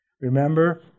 Remember